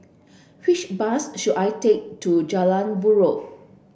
which bus should I take to Jalan Buroh